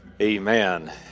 Amen